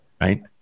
right